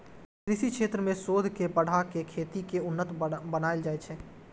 कृषि क्षेत्र मे शोध के बढ़ा कें खेती कें उन्नत बनाएल जाइ छै